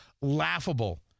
laughable